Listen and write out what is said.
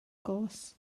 gwrs